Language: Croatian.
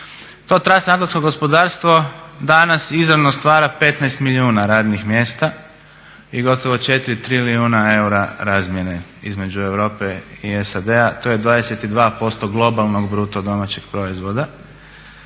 To transatlantsko gospodarstvo danas izravno stvara 15 milijuna radnih mjesta i gotovo 4 trilijuna eura razmjene između Europe i SAD-a, to je 22% globalnog bruto domaćeg proračuna.